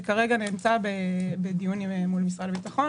זה כרגע נמצא בדיונים מול משרד הביטחון